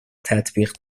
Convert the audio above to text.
تطبیق